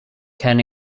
can